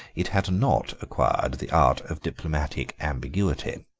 it had not acquired the art of diplomatic ambiguity.